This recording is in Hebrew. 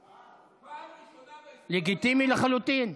אנחנו מסיתים, לגיטימי לחלוטין.